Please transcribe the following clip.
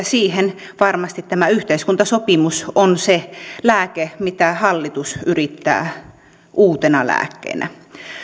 siihen varmasti tämä yhteiskuntasopimus on se lääke mitä hallitus yrittää uutena lääkkeenä